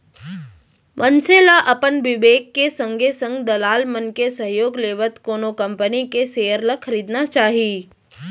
मनसे मन ल अपन बिबेक के संगे संग दलाल मन के सहयोग लेवत कोनो कंपनी के सेयर ल खरीदना चाही